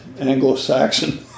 Anglo-Saxon